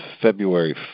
February